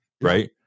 right